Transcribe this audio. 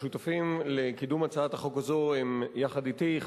השותפים לקידום הצעת החוק הזאת יחד אתי הם